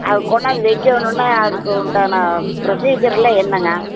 அது கொண்டாந்து வைக்கணுன்னா அதுக்கு உண்டான ப்ரொசீஜரெலாம் என்னங்க